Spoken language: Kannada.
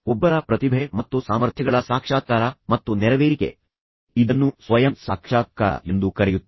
ಒಬ್ಬರ ಪ್ರತಿಭೆ ಮತ್ತು ಸಾಮರ್ಥ್ಯಗಳ ಸಾಕ್ಷಾತ್ಕಾರ ಮತ್ತು ನೆರವೇರಿಕೆ ಇದನ್ನು ನಾವು ಸ್ವಯಂ ಸಾಕ್ಷಾತ್ಕಾರ ಎಂದು ಕರೆಯುತ್ತೇವೆ